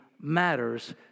matters